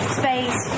space